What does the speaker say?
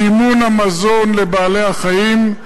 סימון המזון לבעלי-החיים,